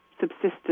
subsistence